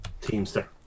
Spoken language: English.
Teamster